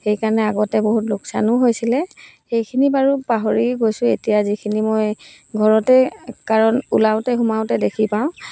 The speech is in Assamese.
সেইকাৰণে আগতে বহুত লোকচানো হৈছিলে সেইখিনি বাৰু পাহৰি গৈছোঁ এতিয়া যিখিনি মই ঘৰতে কাৰণ ওলাওঁতে সোমাওঁতে দেখি পাওঁ